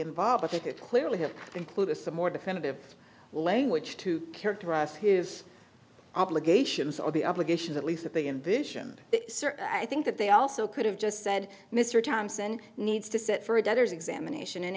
involved i think it clearly has included some more definitive language to characterize his obligations or the obligations at least at the invitation i think that they also could have just said mr thompson needs to sit for a debtor's examination and